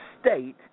state